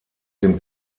dem